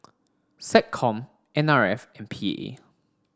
SecCom N R F and P A